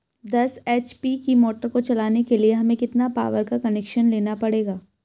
दस एच.पी की मोटर को चलाने के लिए हमें कितने पावर का कनेक्शन लेना पड़ेगा?